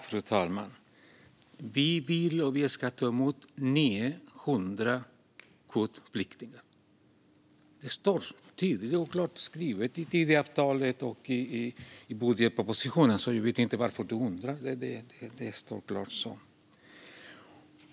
Fru talman! Vi vill att Sverige ska ta emot 900 kvotflyktingar. Det står klart och tydligt skrivet i Tidöavtalet och budgetpropositionen. Jag vet alltså inte varför du undrar över det, Jonny Cato; det står klart och tydligt.